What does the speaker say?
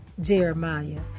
Jeremiah